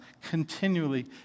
continually